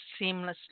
seamlessly